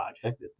project